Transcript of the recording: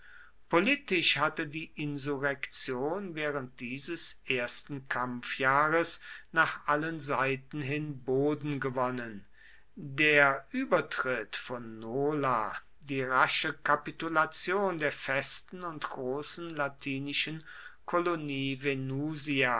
politisch hatte die insurrektion während dieses ersten kampfjahres nach allen seiten hin boden gewonnen der obertritt von nola die rasche kapitulation der festen und großen latinischen kolonie